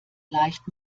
leicht